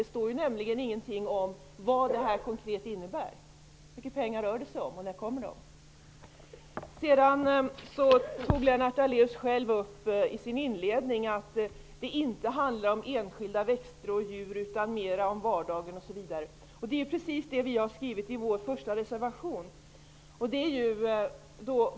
Det står nämligen ingenting om vad det konkret innebär. Vilka pengar rör det sig om, och när kommer de? Lennart Daléus nämnde i sin inledning att det inte handlar enskilda växter och djur utan mer om vardagen. Det är precis vad vi har skrivit i vår första reservation.